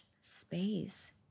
space